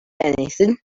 anything